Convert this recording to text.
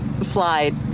slide